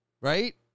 Right